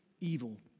evil